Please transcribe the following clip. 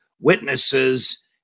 witnesses